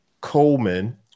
Coleman